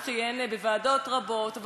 הוא כיהן בוועדות רבות,